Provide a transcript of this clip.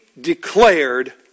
declared